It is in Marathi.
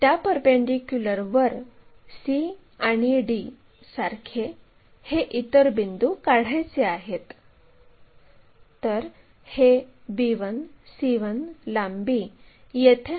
आडव्या प्लेनमधील हा एक बिंदू आहे आणि त्याला HP मधील बिंदूचा TV असे देखील म्हणतात